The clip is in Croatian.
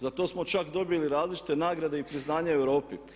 Za to smo čak dobili različite nagrade i priznanja u Europi.